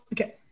okay